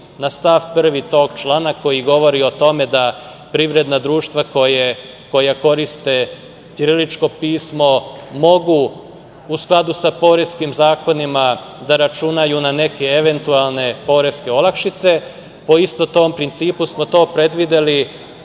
na stav 1. tog člana koji govori o tome da privredna društva koja koriste ćirilično pismo mogu u skladu sa poreskim zakonima da računaju na neke eventualne poreske olakšice. Po istom tom principu smo to predvideli